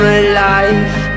alive